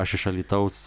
aš iš alytaus